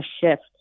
shift